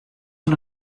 fan